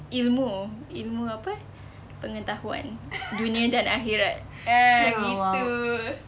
ilmu ilmu apa eh pengetahuan dunia dan akhirat ah gitu